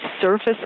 surface